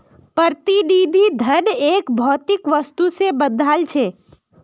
प्रतिनिधि धन एक भौतिक वस्तु से बंधाल छे